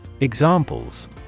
Examples